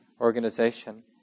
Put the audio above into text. organization